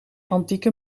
antieke